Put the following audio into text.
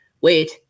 wait